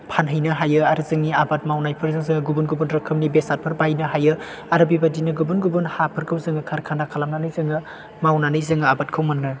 फानहैनो हायो आरो जोंनि आबाद मावनायफोरजो जों गुबुन गुबुन रोखोमनि बेसादफोर बायनो हायो आरो बेबायदिनो गुबुन गुबुन हाफोरखौ जोङो कारखाना खालामनानै जोङो मावनानै जोङो आबादखौ मोनो